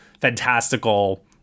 fantastical